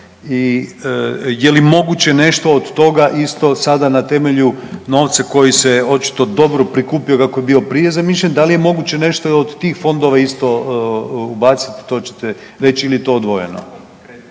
i je li moguće nešto od toga isto sada na temelju novca koji se očito dobro prikupio kako je bio prije zamišljen, da li je moguće nešto i od tih fondova isto ubacit, to ćete reć ili je